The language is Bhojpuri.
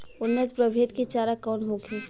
उन्नत प्रभेद के चारा कौन होखे?